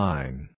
Line